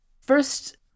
first